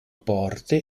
porte